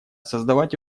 создавать